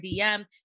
DM